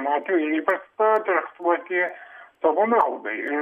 net ir įprasta traktuoti savo naudai ir